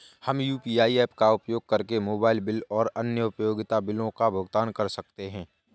हम UPI apps का उपयोग करके मोबाइल बिल और अन्य उपयोगिता बिलों का भुगतान कर सकते हैं